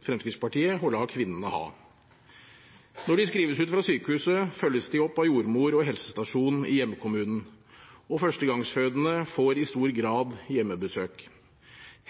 Fremskrittspartiet å la kvinnene ha. Når de skrives ut fra sykehuset, følges de opp av jordmor og helsestasjon i hjemkommunen, og førstegangsfødende får i stor grad hjemmebesøk.